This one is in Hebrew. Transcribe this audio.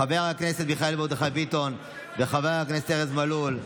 חבר הכנסת מיכאל מרדכי ביטון וחבר הכנסת ארז מלול,